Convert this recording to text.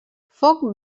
foc